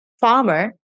farmer